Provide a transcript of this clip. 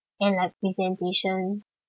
and like presentation